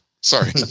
Sorry